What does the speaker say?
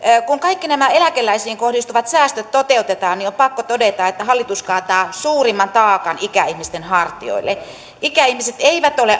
kun kaikki nämä eläkeläisiin kohdistuvat säästöt toteutetaan niin on pakko todeta että hallitus kaataa suurimman taakan ikäihmisten hartioille ikäihmiset eivät ole